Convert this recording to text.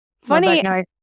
Funny